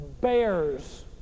Bears